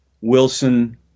wilson